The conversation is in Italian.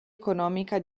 economica